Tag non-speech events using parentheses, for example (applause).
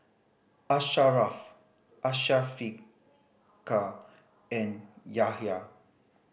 Asharaff (unintelligible) and Yahya